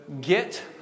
get